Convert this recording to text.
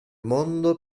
mondo